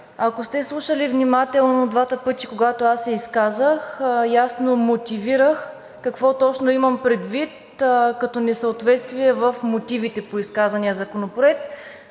Ако сте слушали внимателно, двата пъти, когато аз се изказах, ясно мотивирах какво точно имам предвид като несъответствие в мотивите по изказания законопроект.